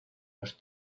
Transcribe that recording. los